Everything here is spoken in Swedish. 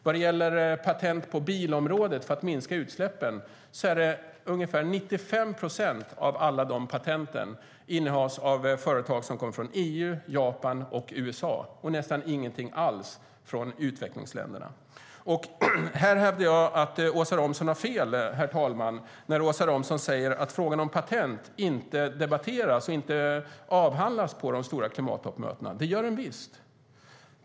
Vad gäller patent på bilområdet för att minska utsläppen innehas ungefär 95 procent av alla patent av företag som kommer från EU, Japan och USA och nästan ingenting alls av företag från utvecklingsländerna. Här hävdar jag att Åsa Romson har fel, herr talman, när hon säger att frågan om patent inte diskuteras och inte avhandlas på de stora klimattoppmötena. Det gör den visst!